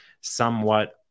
somewhat